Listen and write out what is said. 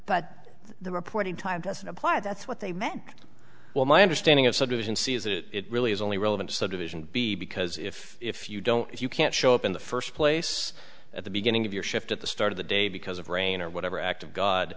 but the reporting time doesn't apply that's what they meant well my understanding of subdivision c is that it really is only relevant subdivision b because if if you don't if you can't show up in the first place at the beginning of your shift at the start of the day because of rain or whatever act of god